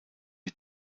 die